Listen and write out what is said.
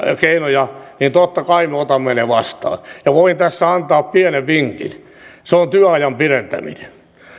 keinoja niin totta kai me otamme ne vastaan voin tässä antaa pienen vinkin se on työajan pidentäminen